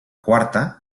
quarta